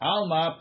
Alma